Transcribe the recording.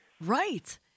Right